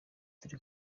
turi